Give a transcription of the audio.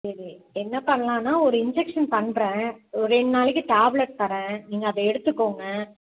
சரி என்ன பண்ணலான்னா ஒரு இன்ஜெக்ஷன் பண்ணுறேன் ஒரு ரெண்டு நாளைக்கு டேப்லெட் தரேன் நீங்கள் அதை எடுத்துக்கோங்க